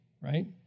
right